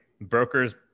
brokers